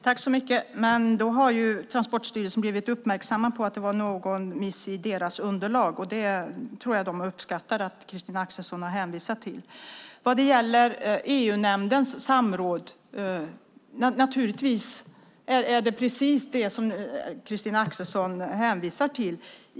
Fru talman! Då har Transportstyrelsen blivit uppmärksammad på att det finns en miss i underlaget. Transportstyrelsen uppskattar nog att Christina Axelsson har hänvisat till detta. Christina Axelsson hänvisar till EU-nämndens samråd.